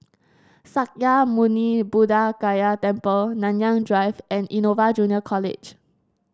Sakya Muni Buddha Gaya Temple Nanyang Drive and Innova Junior College